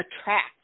attract